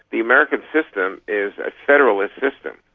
the american system is a federalist system.